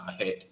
ahead